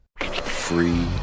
Free